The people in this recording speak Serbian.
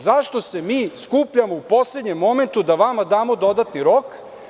Zašto se mi skupljamo u poslednjem momentu da vama damo dodatni rok?